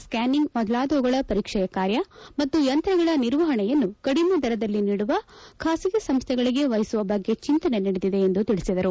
ಸ್ಕ್ವಾನಿಂಗ್ ಮೊದಲಾದವುಗಳ ಪರೀಕ್ಷೆಯ ಕಾರ್ಯ ಮತ್ತು ಯಂತ್ರಗಳ ನಿರ್ವಹಣೆಯನ್ನು ಕಡಿಮೆ ದರದಲ್ಲಿ ನೀಡುವ ಖಾಸಗಿ ಸಂಸ್ಥೆಗಳಿಗೆ ವಹಿಸುವ ಬಗ್ಗೆ ಚಿಂತನೆ ನಡೆದಿದೆ ಎಂದು ತಿಳಿಸಿದರು